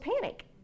panic